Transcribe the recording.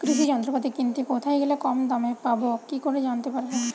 কৃষি যন্ত্রপাতি কিনতে কোথায় গেলে কম দামে পাব কি করে জানতে পারব?